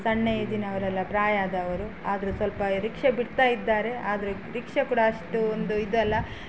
ಸಣ್ಣ ಏಜಿನವರಲ್ಲ ಪ್ರಾಯ ಆದವರು ಆದರು ಸಲ್ಪ ರಿಕ್ಷ ಬಿಡ್ತಾ ಇದ್ದಾರೆ ಆದರೆ ರಿಕ್ಷ ಕೂಡ ಅಷ್ಟು ಒಂದು ಇದಲ್ಲ